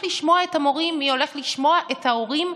מי הולך לשמוע את המורים?